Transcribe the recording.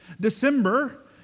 December